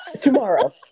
Tomorrow